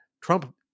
Trump